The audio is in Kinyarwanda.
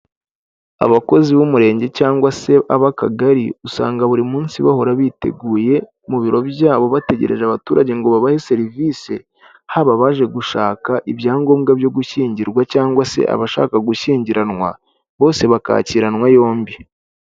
Abakozi b'umurenge cyangwa se ab'akagari usanga buri munsi bahora biteguye mu biro byabo bategereje abaturage ngo babahe serivisi, haba abaje gushaka ibyangombwa byo gushyingirwa, cyangwa se abashaka gushyingiranwa, bose bakakiranwa yombi.